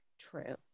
True